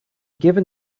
given